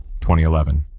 2011